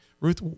Ruth